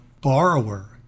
borrower